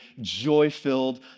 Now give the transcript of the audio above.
joy-filled